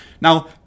Now